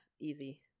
Easy